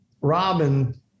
Robin